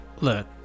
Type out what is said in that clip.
look